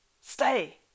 Stay